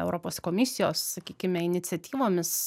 europos komisijos sakykime iniciatyvomis